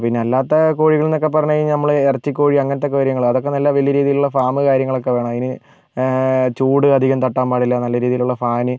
പിന്നെ അല്ലാത്ത കോഴികൾന്നക്കെ പറഞ്ഞ് കഴിഞ്ഞാൽ നമ്മൾ ഇറച്ചി കോഴി അങ്ങനത്തെ കാര്യങ്ങളാണ് അതൊക്കെ നല്ല വലിയ രീതിയിലുള്ള ഫാമ് കാര്യങ്ങളൊക്കെ വേണം അതിന് ചൂട് അധികം തട്ടാൻ പാടില്ല നല്ല രീതിയിലുള്ള ഫാന്